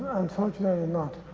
unfortunately not.